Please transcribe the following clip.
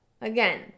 again